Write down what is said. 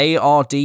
ARD